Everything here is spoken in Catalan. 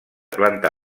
planta